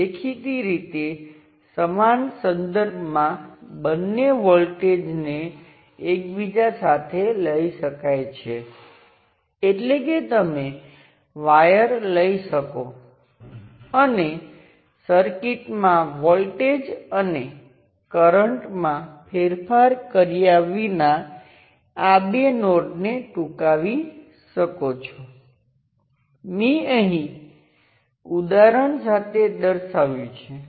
છે તેથી હવે જ્યારે તમે ચોક્કસ સર્કિટનાં સમકક્ષ રેઝિસ્ટન્સને માપવા માંગતા હોય ત્યારે તમે શું કરો છો તમે ટેસ્ટ વોલ્ટેજને જોડો છો ચાલો કહો કે આ ધ્રુવીયતા સાથે અને તેમાંથી વહેતા કરંટને માપો અને સમકક્ષ રેઝિસ્ટન્સ VtestItest દ્વારા આપવામાં આવે છે